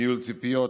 ניהול ציפיות,